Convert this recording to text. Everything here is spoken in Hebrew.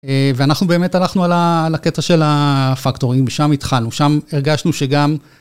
ואנחנו באמת הלכנו על הקטע של הפקטורים, שם התחלנו, שם הרגשנו שגם...